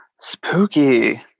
Spooky